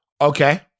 okay